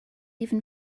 even